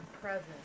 present